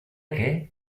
que